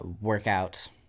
workout